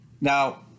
Now